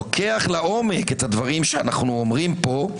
לוקח לעומק את הדברים שאנו אומרים פה,